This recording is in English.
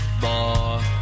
bar